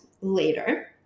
later